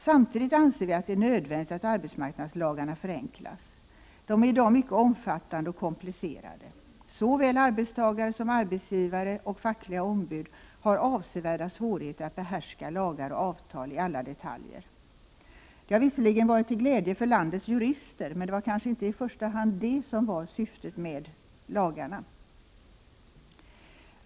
Samtidigt anser vi att det är nödvändigt att arbetsmarknadslagarna förenklas. De är i dag mycket omfattande och komplicerade. Såväl arbetstagare som arbetsgivare och fackliga ombud har avsevärda svårigheter att behärska lagar och avtal i alla detaljer. Det har visserligen varit till glädje för landets jurister, men det var kanske inte i första hand det som var lagarnas syfte.